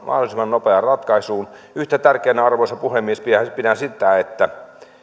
nopeaan ratkaisuun yhtä tärkeänä arvoisa puhemies pidän sitä että